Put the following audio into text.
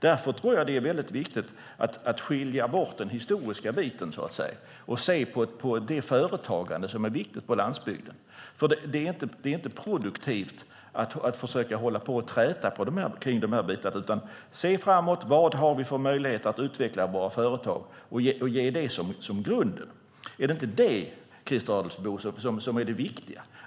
Därför tror jag att det är väldigt viktigt att skilja ut den historiska biten och se detta företagande som viktigt på landsbygden. Det är inte produktivt att hålla på att träta om det här, utan vi ska se framåt på vad vi har för möjlighet att utveckla bra företag och ge detta som grund. Är det inte det, Christer Adelsbo, som är det viktiga?